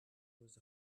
was